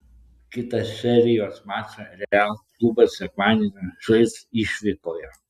kitą serijos mačą real klubas sekmadienį žais išvykoje